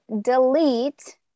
delete